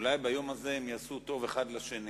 אולי ביום הזה הם יעשו טוב אחד לשני,